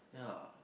ya